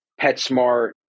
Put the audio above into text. PetSmart